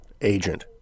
agent